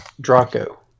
Draco